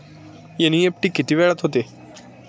NEFT किती वेळात होते?